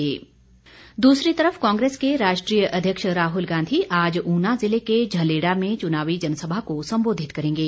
प्रचार कांग्रेस दूसरी तरफ कांग्रेस के राष्ट्रीय अध्यक्ष राहल गांधी आज ऊना जिले के झलेड़ा में चुनावी जनसभा को संबोधित करेंगे